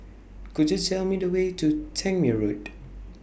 Could YOU Tell Me The Way to Tangmere Road